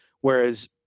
whereas